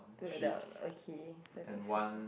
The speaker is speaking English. two adult okay so I think so